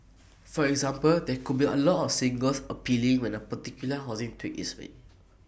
for example there could be A lot of singles appealing when A particular housing tweak is made